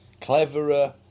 cleverer